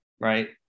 right